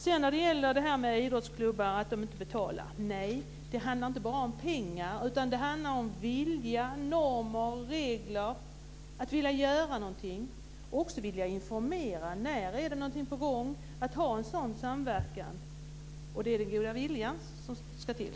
Vad sedan gäller att idrottsklubbar inte betalar vill jag säga att det inte bara handlar om pengar utan också om vilja, normer och regler. Det gäller att informera om sådant som är på gång och att samverka. Det är den goda viljan som ska till.